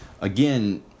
again